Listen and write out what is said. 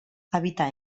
habita